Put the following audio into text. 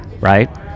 right